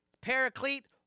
paraclete